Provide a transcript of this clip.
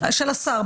של השר.